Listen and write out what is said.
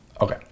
Okay